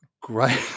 Great